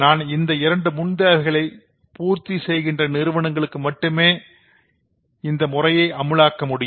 நாம் இந்த இரண்டு முன்தேவைகளை பூர்த்தி செய்கின்ற நிறுவனங்களுக்கு மட்டுமே இதைஅமுலாக்க முடியும்